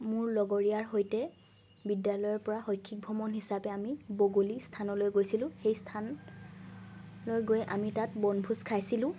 মোৰ লগৰীয়াৰ সৈতে বিদ্যালয়ৰ পৰা শৈক্ষিক ভ্ৰমণ হিচাপে আমি বগলী স্থানলৈ গৈছিলোঁ সেই স্থানলৈ গৈ আমি তাত বনভোজ খাইছিলোঁ